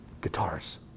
guitars